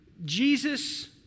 Jesus